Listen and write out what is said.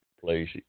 place